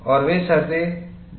और वे शर्तें बहुत विस्तृत हैं